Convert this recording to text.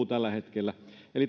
tällä hetkellä